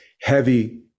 heavy